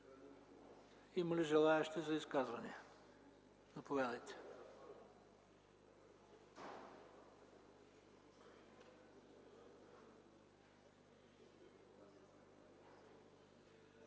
Има ли желаещи за изказвания? Заповядайте,